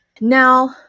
now